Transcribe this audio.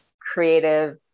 creative